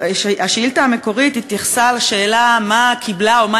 השאילתה המקורית התייחסה לשאלה מה קיבלה או מה